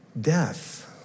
Death